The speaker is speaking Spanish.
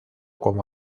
como